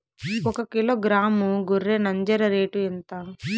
ఒకకిలో గ్రాము గొర్రె నంజర రేటు ఎంత?